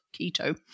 keto